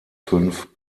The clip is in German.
fünf